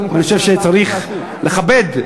אני חושב שצריך לכבד,